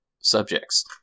subjects